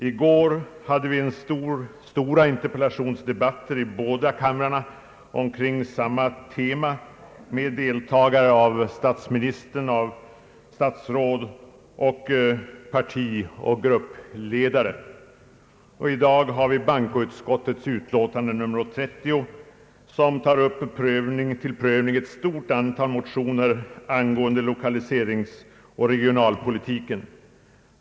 I går hade vi i båda kamrarna stora interpellationsdebatter om samma tema med deltagande av statsministern, statsråd, partioch gruppledare. I dag diskuterar vi bankoutskottets utlåtande nr 30 som tar upp till prövning ett stort antal motioner angående lokaliseringsoch regionalpolitiken.